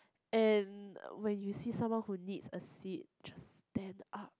and when you see someone who needs a seat just stand up